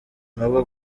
nubwo